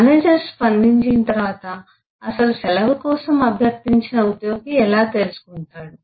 manager స్పందించిన తర్వాత అసలు సెలవు కోసం అభ్యర్థించిన ఉద్యోగి ఎలా తెలుసుకుంటాడు